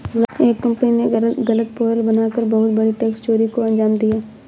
एक कंपनी ने गलत पेरोल बना कर बहुत बड़ी टैक्स चोरी को अंजाम दिया